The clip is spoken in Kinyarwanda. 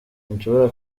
sinshobora